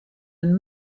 and